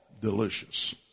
delicious